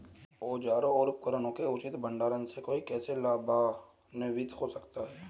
औजारों और उपकरणों के उचित भंडारण से कोई कैसे लाभान्वित हो सकता है?